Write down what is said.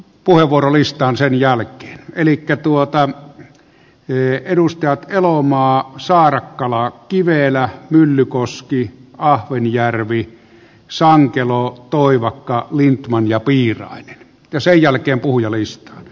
puhevuorolistaan sen jälkeen elikkä edustajat elomaa saarakkala kivelä myllykoski ahvenjärvi sankelo toivakka lindtman ja piirainen ja sen jälkeen puhujalistaan